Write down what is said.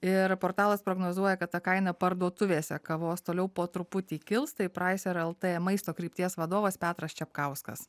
ir portalas prognozuoja kad ta kaina parduotuvėse kavos toliau po truputį kils tai praiser lt maisto krypties vadovas petras čepkauskas